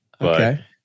okay